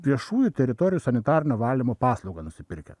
viešųjų teritorijų sanitarinio valymo paslaugą nusipirkę